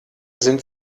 sind